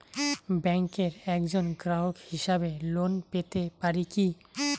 ব্যাংকের একজন গ্রাহক হিসাবে লোন পেতে পারি কি?